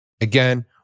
Again